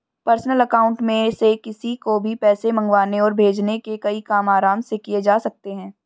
personal account में से किसी को भी पैसे मंगवाने और भेजने के कई काम आराम से किये जा सकते है